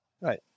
Right